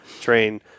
train